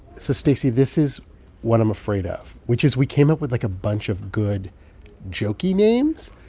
so stacey, this is what i'm afraid of, which is, we came up with, like, a bunch of good jokey names,